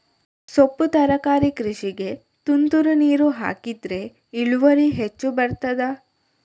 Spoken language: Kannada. ಸೊಪ್ಪು ತರಕಾರಿ ಕೃಷಿಗೆ ತುಂತುರು ನೀರು ಹಾಕಿದ್ರೆ ಇಳುವರಿ ಹೆಚ್ಚು ಬರ್ತದ?